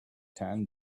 tan